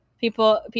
people